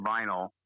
vinyl